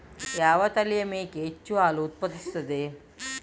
ಯಾವ ತಳಿಯ ಮೇಕೆ ಹೆಚ್ಚು ಹಾಲು ಉತ್ಪಾದಿಸುತ್ತದೆ?